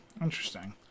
Interesting